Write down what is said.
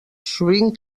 sovint